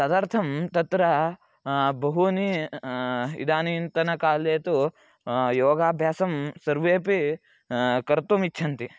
तदर्थं तत्र बहूनि इदानीन्तनकाले तु योगाभ्यासं सर्वेऽपि कर्तुम् इच्छन्ति